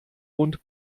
und